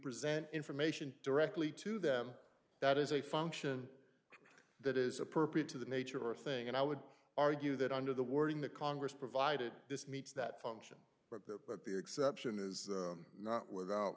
present information directly to them that is a function that is appropriate to the nature of a thing and i would argue that under the wording that congress provided this meets that function but that but the exception is not without